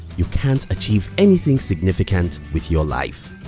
you can't achieve anything significant with your life.